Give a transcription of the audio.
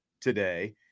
today